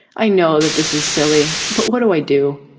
i know that this is silly, but what do i do?